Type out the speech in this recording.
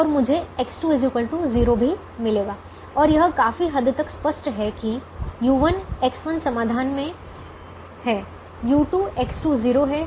और मुझे X2 0 भी मिलेगा और यह काफी हद तक स्पष्ट है कि u1 X1 समाधान में हैं u2 X2 0 हैं